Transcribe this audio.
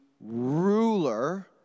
ruler